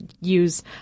use